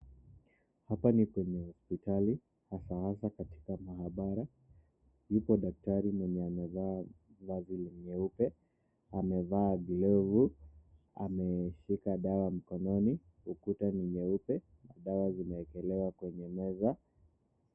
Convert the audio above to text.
Hapa ni kwenye hosiptali hasa hasa katika maabara, yuko daktari mwenye amevaa vazi la nyeupe, amevaa glovu, ameshika dawa mkononi, ukuta ni nyeupe, dawa zimeekelewa kwenye meza.